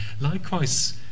Likewise